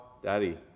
Daddy